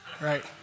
right